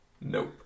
Nope